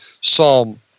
Psalm